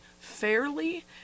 fairly